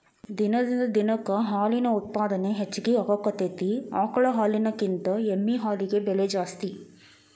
ದಿನದಿಂದ ದಿನಕ್ಕ ಹಾಲಿನ ಉತ್ಪಾದನೆ ಹೆಚಗಿ ಆಗಾಕತ್ತತಿ ಆಕಳ ಹಾಲಿನಕಿಂತ ಎಮ್ಮಿ ಹಾಲಿಗೆ ಬೆಲೆ ಹೆಚ್ಚ